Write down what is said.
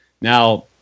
Now